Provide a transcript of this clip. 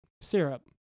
syrup